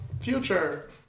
future